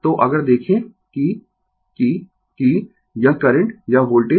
तो अगर देखें कि कि कि यह करंट या वोल्टेज